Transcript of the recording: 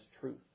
truth